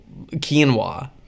quinoa